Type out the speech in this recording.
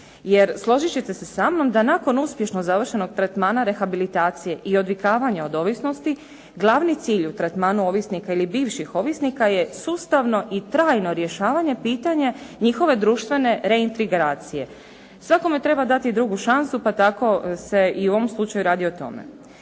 Jer složit ćete se samnom da nakon uspješno završenog tretmana rehabilitacije i odvikavanja od ovisnosti glavni cilj u tretmanu ovisnika ili bivših ovisnika je sustavno i trajno rješavanje pitanja njihove društvene reintegracije. Svakome treba dati drugu šansu, pa tako se i u ovom slučaju radi o tome.